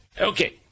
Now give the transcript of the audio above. Okay